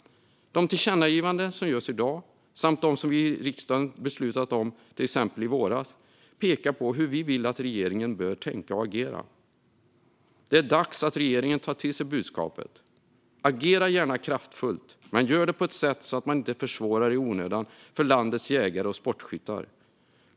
De tillkännagivanden som görs i dag samt de som vi i riksdagen beslutade om i våras pekar på hur vi vill att regeringen bör tänka och agera. Det är dags att regeringen tar till sig budskapet. Agera gärna kraftfullt, men gör det på ett sätt som inte försvårar i onödan för landets jägare och sportskyttar!